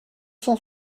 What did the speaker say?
cent